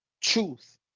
truth